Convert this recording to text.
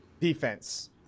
defense